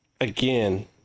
again